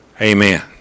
Amen